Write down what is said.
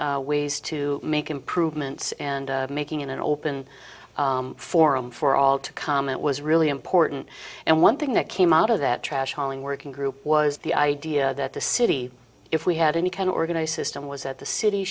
ways to make improvements and making in an open forum for all to comment was really important and one thing that came out of the that trash hauling working group was the idea that the city if we had any kind of organized system was at the city